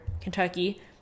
Kentucky